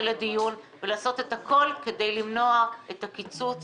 לדיון ולעשות את הכול כדי למנוע את הקיצוץ